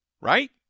Right